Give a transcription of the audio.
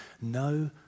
no